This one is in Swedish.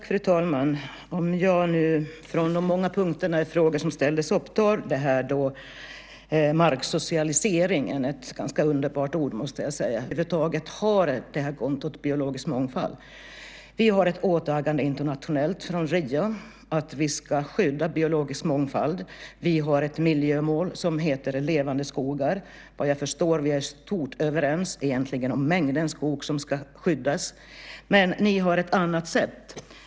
Fru talman! Bland alla de många punkterna i frågorna tar jag fram frågan om marksocialiseringen - ett ganska underbart ord. Vi ska komma ihåg varför vi över huvud taget har kontot Biologisk mångfald. Vi har ett internationellt åtagande sedan Riomötet, nämligen att vi ska skydda biologisk mångfald. Vi har miljömålet Levande skogar. Vad jag förstår är vi i stort överens om mängden skog som ska skyddas, men ni har ett annat sätt.